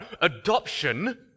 Adoption